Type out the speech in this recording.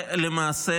ולמעשה